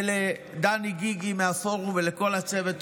לדני גיגי מהפורום ולכל הצוות.